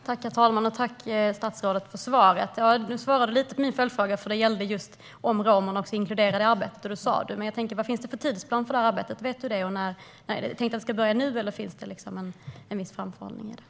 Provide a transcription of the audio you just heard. Herr talman! Jag tackar statsrådet för svaret. Du svarade lite på min följdfråga, Alice Bah Kuhnke, som gäller just om romerna också är inkluderade i arbetet. Det sa du att de är. Men vad finns det för tidsplan för detta arbete? Är det tänkt att arbetet ska börja nu och finns det en viss framförhållning i detta?